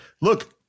look